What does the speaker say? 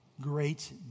great